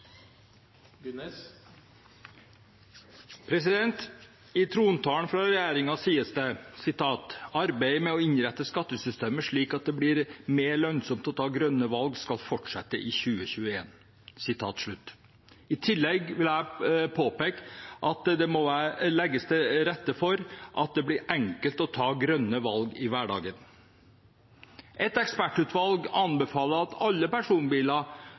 I trontalen fra regjeringen sies det: «Arbeidet med å innrette skattesystemet slik at det blir mer lønnsomt å ta grønne valg skal fortsette i 2021.» I tillegg vil jeg påpeke at det må legges til rette for at det blir enkelt å ta grønne valg i hverdagen. Et ekspertutvalg anbefaler at alle personbiler